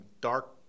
dark